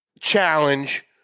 challenge